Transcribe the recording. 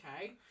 Okay